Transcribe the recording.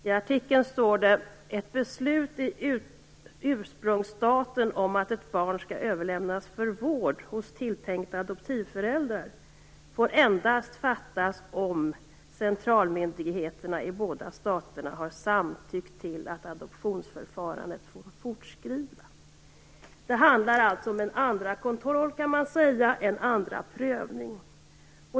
I artikeln står det: "Ett beslut i ursprungsstaten om att ett barn skall överlämnas för vård hos tilltänkta adoptivföräldrar får endast fattas om centralmyndigheterna i båda staterna har samtyckt till att adoptionsförfarandet får fortskrida". Det handlar alltså om en andra kontroll och om en andra prövning.